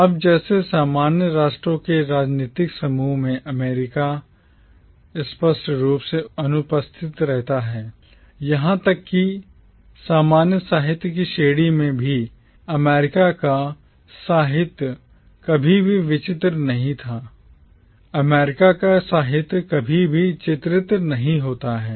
अब जैसे कि सामान्य राष्ट्रों के राजनीतिक समूह में अमेरिका स्पष्ट रूप से अनुपस्थित रहता है यहां तक कि सामान्य साहित्य की श्रेणी में भी America अमेरिका का साहित्य कभी भी चित्रित नहीं होता है